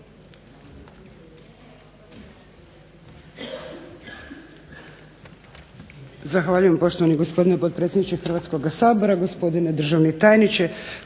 Zahvaljujem poštovani gospodine potpredsjedniče Hrvatskoga sabora, gospodine državni tajniče,